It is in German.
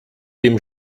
dem